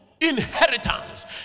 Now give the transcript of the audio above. Inheritance